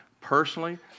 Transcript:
personally